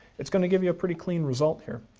it's gonna give you a pretty clean result here.